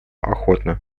охотно